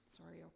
Sorry